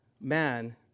man